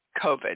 COVID